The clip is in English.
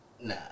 Nah